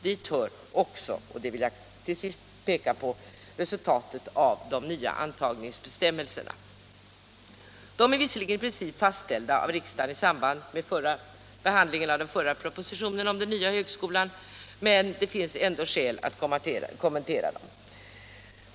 Dit hör också — det vill jag till sist peka på — resultatet av de nya antagnings bestämmelserna. De är visserligen i princip fastställda av riksdagen i samband med den förra propositionen om den nya högskolan, men det finns ändå skäl att något kommentera dem.